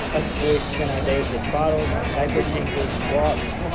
us boys spent our days with bottles, diaper changes, walks,